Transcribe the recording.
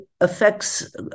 affects